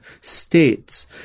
states